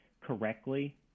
correctly